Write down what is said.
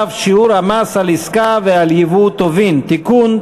(שיעור המס על עסקה ועל ייבוא טובין) (תיקון),